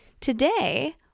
Today